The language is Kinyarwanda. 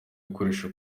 gukoresha